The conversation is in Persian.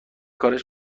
کارش